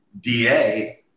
Da